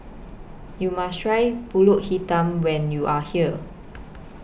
YOU must Try Pulut Hitam when YOU Are here